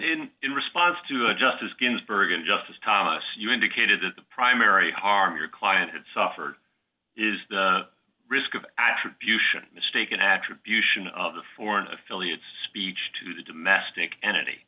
isn't in response to a justice ginsburg and justice thomas you indicated that the primary harm your client had suffered is the risk of attribution mistaken attribution of the foreign affiliates speech to the domestic en